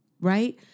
Right